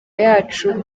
yacu